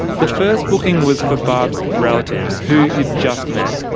the first booking was for barb's relatives, who you've just met.